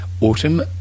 Autumn